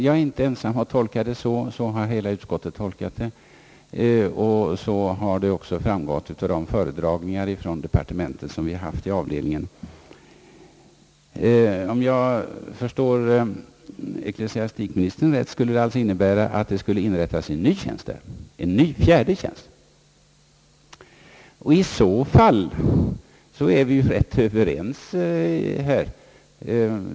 Jag har inte ensam tolkat det så, utan hela utskottet, och så har det också framgått i de föredragningar från departementet som vi har haft i avdelningen. Om jag förstår ecklesiastikministern rätt, innebär det alltså att det skulle inrättas en ny, fjärde tjänst. I så fall är vi ju överens.